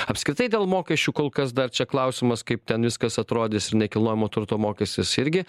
apskritai dėl mokesčių kol kas dar čia klausimas kaip ten viskas atrodys ir nekilnojamo turto mokestis irgi